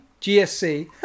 gsc